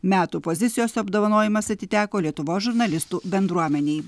metų pozicijos apdovanojimas atiteko lietuvos žurnalistų bendruomenei